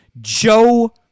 Joe